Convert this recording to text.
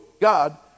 God